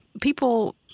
people